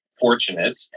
fortunate